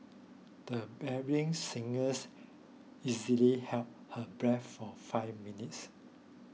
the bearing singers easily held her breath for five minutes